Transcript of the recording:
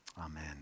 amen